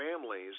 families